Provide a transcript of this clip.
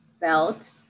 belt